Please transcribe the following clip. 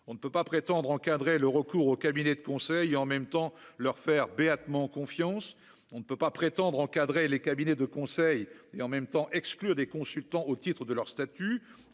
on ne peut pas prétendre encadrer le recours aux cabinets de conseil en même temps leur faire béatement confiance, on ne peut pas prétendre encadrer les cabinets de conseil et en même temps, exclure des consultants au titre de leur statut,